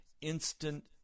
instant